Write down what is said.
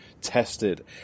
tested